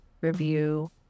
review